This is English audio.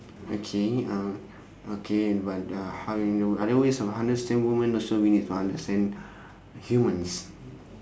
okay uh okay but uh how you know other ways of understand women also we need to understand humans